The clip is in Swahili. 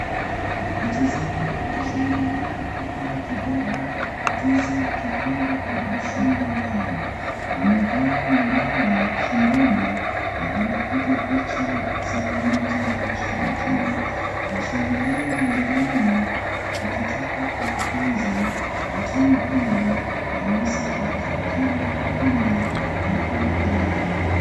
Wachezaji wakishangilia huku wakibeba tuzo ya kikombe kwa ushindi wao. Wamevaa medali shingoni na wanapiga picha za pamoja na mashabiki. Mashangilio na nderemo kukitoka kwa wapenzi wa timu hiyo yamesikika kila kona ya uwanja.